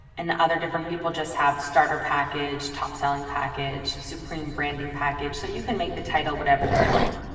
and the other different people just have the starter package top selling package, supreme branding package, so you can make the title whatever you want.